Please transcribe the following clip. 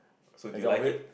so do you like it